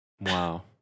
wow